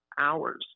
hours